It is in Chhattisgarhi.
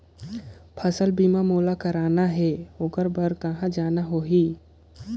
फसल बीमा मोला करना हे ओकर बार कहा जाना होही?